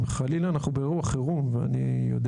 אם חלילה אנחנו באירוע חירום ואני יודע